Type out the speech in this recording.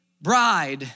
bride